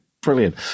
Brilliant